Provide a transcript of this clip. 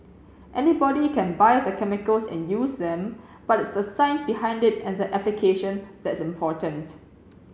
anybody can buy the chemicals and use them but it's the science behind it and the application that's important